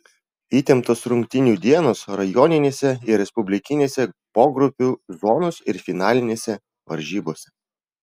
įtemptos rungtynių dienos rajoninėse ir respublikinėse pogrupių zonos ir finalinėse varžybose